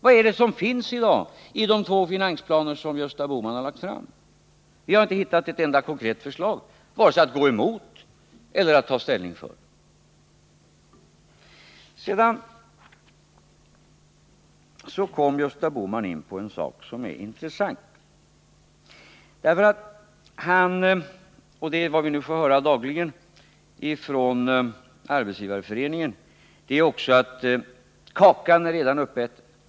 Vad finns det för någonting i de två finansplaner som Gösta Bohman har lagt fram? Vi har inte hittat ett enda konkret förslag vare sig när det gäller att gå emot eller när det gäller att ta ställning för. Sedan kom Gösta Bohman in på en sak som är intressant. Han sade — och det är vad vi nu får höra dagligen från Arbetsgivareföreningen — att kakan redan är uppäten.